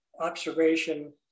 observation